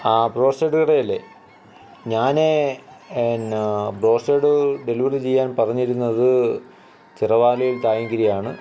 ആ ബ്രോസ്റ്റർ ഡെലിവറിയല്ലേ ഞാന് പിന്നെ ബ്രോസ്റ്റേഡ് ഡെലിവറി ചെയ്യാൻ പറഞ്ഞിരുന്നത് ചിറവാലേൽ തായങ്കരിയാണ്